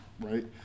right